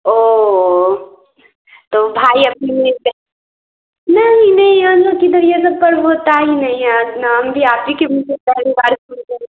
ओह तो भाई अपनी नहीं नहीं हम लोग के इधर यह सब पर्व होता ही नहीं है अपना मुझे आप ही के मूँह से पहली बार सुन रहें